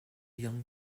young